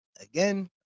Again